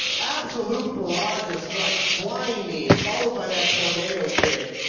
absolute barrage of strikes, flying knee, followed by that tornado kick.